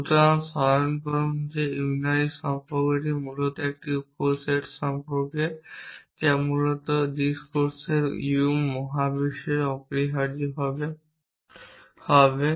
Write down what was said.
সুতরাং স্মরণ করুন যে unary সম্পর্কটি মূলত একটি উপসেট সম্পর্ক যা মূলত ডিসকোর্সের u মহাবিশ্বের অপরিহার্যভাবে হবে